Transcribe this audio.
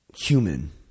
human